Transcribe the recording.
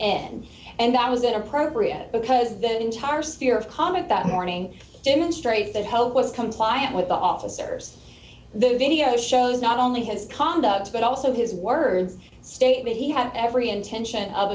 in and that was inappropriate because that entire spear of comment that morning demonstrates that help was compliant with the officers the video shows not only his conduct but also his words state that he had every intention of